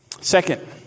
Second